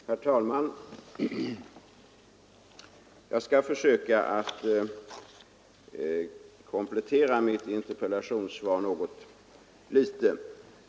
Herr talman! Jag skall försöka komplettera mitt interpellationssvar något.